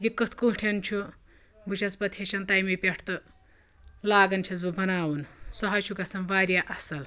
یہِ کِتھ کٔٹھۍ چھُ بہٕ چھَس پَتہٕ ہٮ۪چھان تَمی پٮ۪ٹھ تہٕ لاگان چھَس بہٕ بَناوُن سُہ حظ چھُ گژھان واریاہ اَصٕل